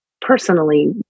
personally